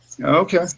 Okay